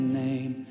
name